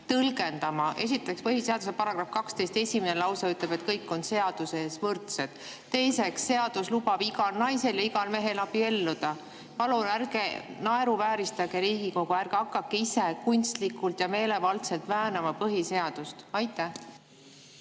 tõlgendama. Esiteks, põhiseaduse § 12 esimene lause ütleb, et kõik on seaduse ees võrdsed. Teiseks, seadus lubab igal naisel ja igal mehel abielluda. Palun ärge naeruvääristage Riigikogu, ärge hakake kunstlikult ja meelevaldselt põhiseadust